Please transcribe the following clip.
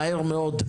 מהר מאוד,